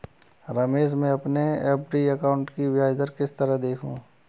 रमेश मैं अपने FD account की ब्याज दर किस तरह देखूं?